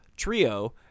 trio